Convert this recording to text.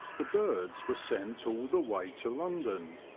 the birds were sent all the way to london,